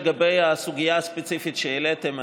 לגבי הסוגיה הספציפית שהעליתם,